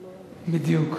בדיוק.